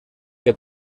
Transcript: que